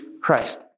Christ